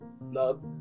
love